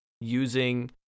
using